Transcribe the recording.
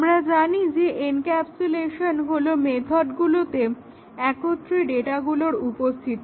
আমরা জানি যে এনক্যাপসুলেশন হলো মেথডগুলোতে একত্রে ডেটাগুলো উপস্থিতি